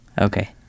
Okay